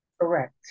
correct